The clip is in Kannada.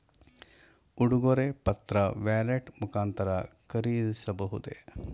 ಉಡುಗೊರೆ ಪತ್ರ ವ್ಯಾಲೆಟ್ ಮುಖಾಂತರ ಖರೀದಿಸಬಹುದೇ?